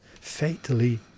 fatally